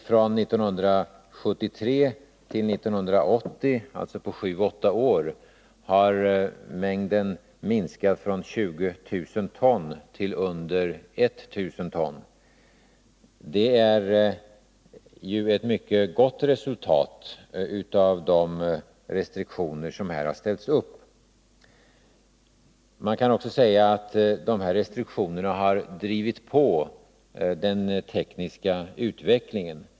Från 1973 till 1980, alltså på sju åtta år, har mängden asbest minskats från 20 000 ton till under 1 000 ton. Det är ju ett mycket gott resultat av de restriktioner som här har ställts upp. Man kan också säga att dessa restriktioner har drivit på den tekniska utvecklingen.